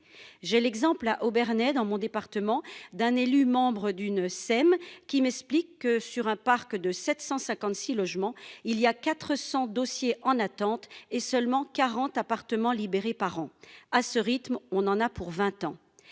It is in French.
J'ai l'exemple à Obernai dans mon département d'un élu membre d'une scène qui m'explique que sur un parc de 756 logements. Il y a 400 dossiers en attente, et seulement 40 appartements libérés par an. À ce rythme, on en a pour 20 ans